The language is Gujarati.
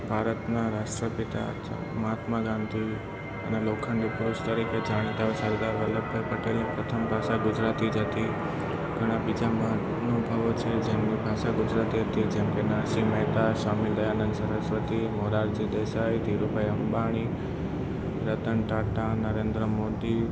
ભારતના રાષ્ટ્રપિતા હતા મહાત્મા ગાંધી અને લોખંડી પુરુષ તરીકે જાણીતા સરદાર વલભ ભાઈ પટેલ પ્રથમ ભાષા ગુજરાતી જ હતી ઘણા બીજા મહાનુભાવો છે જેમની ભાષા ગુજરાતી હતી જેમ કે નરસિંહ મહેતા સ્વામી દયાનંદ સરસ્વતી મોરારજી દેસાઈ ધીરુ ભાઈ અંબાણી રતન ટાટા નરેન્દ્ર મોદી